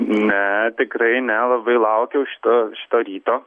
ne tikrai ne labai laukiau šito šito ryto